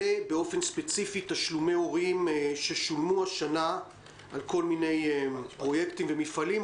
ובאופן ספציפי תשלומי הורים ששולמו השנה על כל מיני פרויקטים ומפעלים,